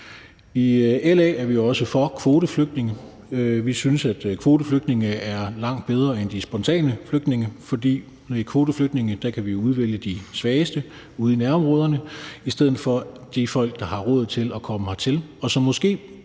I LA er vi også for kvoteflygtninge. Vi synes, at kvoteflygtninge er langt bedre end de spontane flygtninge, fordi vi jo med kvoteflygtninge kan udvælge de svageste ude i nærområderne i stedet for de folk, der har råd til at komme hertil,